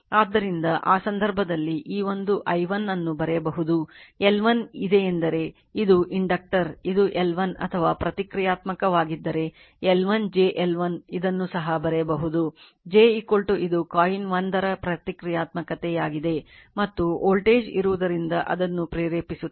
ಆದ್ದರಿಂದ ಆ ಸಂದರ್ಭದಲ್ಲಿ ಈ ಒಂದು i1 ಅನ್ನು ಬರೆಯಬಹುದು L1 ಇದೆಯೆಂದರೆ ಇದು ಇಂಡಕ್ಟರ್ ಇದು L1 ಅಥವಾ ಪ್ರತಿಕ್ರಿಯಾತ್ಮಕವಾಗಿದ್ದರೆ L1 j L1 ಇದನ್ನು ಸಹ ಬರೆಯಬಹುದು j ಇದು ಕಾಯಿಲ್ 1 ನ ಪ್ರತಿಕ್ರಿಯಾತ್ಮಕವಾಗಿದೆ ಮತ್ತು ವೋಲ್ಟೇಜ್ ಇರುವುದರಿಂದ ಅದನ್ನು ಪ್ರೇರೇಪಿಸುತ್ತದೆ